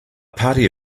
party